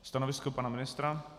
Stanovisko pana ministra?